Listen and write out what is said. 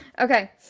Okay